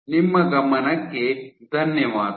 ನಿಮ್ಮ ಗಮನಕ್ಕೆ ಧನ್ಯವಾದಗಳು